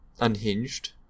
unhinged